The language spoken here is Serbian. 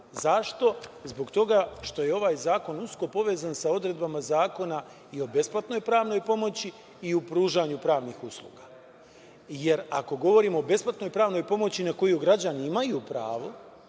Zbog toga što je ovaj zakon usko povezan sa odredbama Zakona i o besplatnoj pravnoj pomoći i u pružanju pravnih usluga. Jer, ako govorimo o besplatnoj pravnoj pomoći na koju građani imaju pravo,